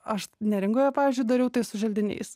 aš neringoje pavyzdžiui dariau tai su želdiniais